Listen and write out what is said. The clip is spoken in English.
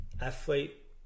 athlete